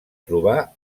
trobar